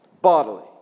Bodily